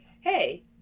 hey